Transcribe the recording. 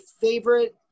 favorite